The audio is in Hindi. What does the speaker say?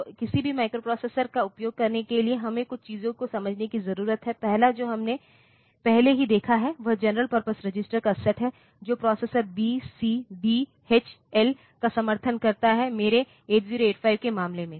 तो किसी भी माइक्रोप्रोसेसर का उपयोग करने के लिए हमें कुछ चीजों को समझने की जरूरत है पहला जो हमने पहले ही देखा है वह जनरल पर्पस रजिस्टर का सेट है जो processor B C D H L का समर्थन करता है मेरे 8085 के मामले में